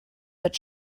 but